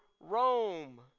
Rome